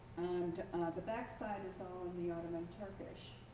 and the back side is all in the ottoman turkish.